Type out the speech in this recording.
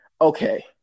Okay